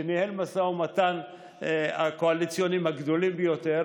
שניהל את המשא ומתן הקואליציוני מהגדולים ביותר,